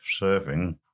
surfing